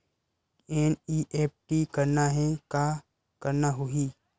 NEFT करना हे का करना होही?